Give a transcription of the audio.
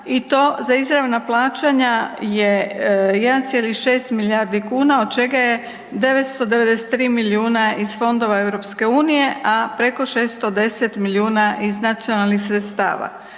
i to za izravna plaćanja je 1,6 milijardi kuna, od čega je 993 milijuna iz fondova Europske unije, a preko 610 milijuna iz nacionalnih sredstava.